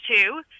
two